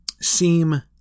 seem